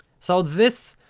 so, this,